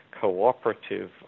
cooperative